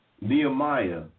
Nehemiah